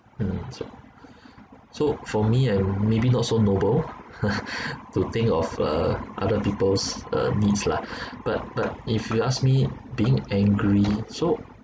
mm so for me I'm maybe not so noble to think of uh other people's uh needs lah but but if you ask me being angry so